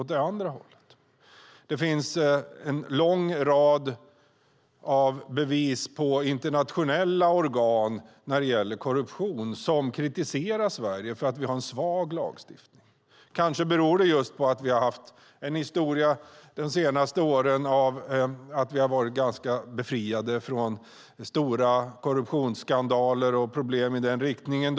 Det bevisas av att en rad internationella organ kritiserar Sverige för att vi har en svag lagstiftning. Kanske beror det på att vi har varit ganska befriade från stora korruptionsskandaler och problem i den riktningen.